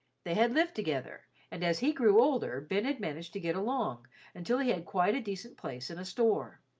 they had lived together, and as he grew older ben had managed to get along until he had quite a decent place in a store.